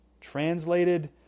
translated